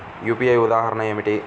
UPI ఉదాహరణ ఏమిటి?